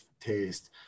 taste